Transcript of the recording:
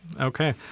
Okay